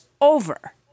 over